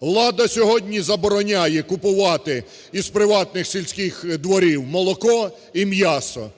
Влада сьогодні забороняє купувати із приватних сільських дворів молоко і м'ясо,